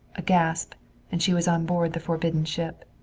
a gasp and she was on board the forbidden ship.